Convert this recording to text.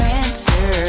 answer